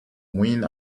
wind